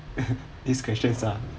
this question ah